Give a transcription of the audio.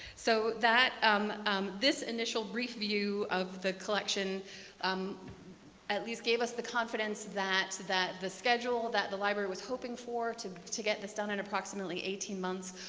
so um this initial brief view of the collection um at least gave us the confidence that that the schedule that the library was hoping for, to to get this done in approximately eighteen months,